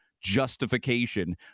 justification